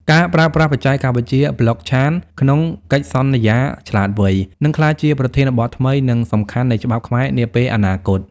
ការប្រើប្រាស់បច្ចេកវិទ្យា Blockchain ក្នុងកិច្ចសន្យាឆ្លាតវៃ នឹងក្លាយជាប្រធានបទថ្មី និងសំខាន់នៃច្បាប់ខ្មែរនាពេលអនាគត។